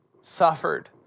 suffered